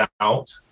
out